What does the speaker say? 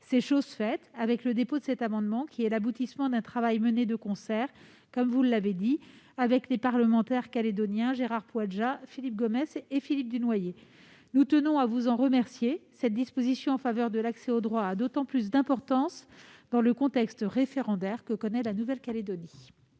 C'est chose faite avec le dépôt de cet amendement, qui est l'aboutissement d'un travail mené de concert, comme vous l'avez rappelé, avec les parlementaires calédoniens Gérard Poadja, Philippe Gomès et Philippe Dunoyer. Nous tenons à vous en remercier. Cette disposition en faveur de l'accès au droit a d'autant plus d'importance dans le contexte référendaire que connaît la Nouvelle-Calédonie.